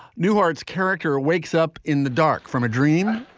newhart's character wakes up in the dark from a dream,